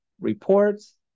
Reports